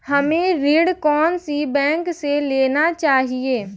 हमें ऋण कौन सी बैंक से लेना चाहिए?